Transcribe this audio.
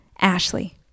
Ashley